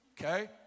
Okay